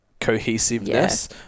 cohesiveness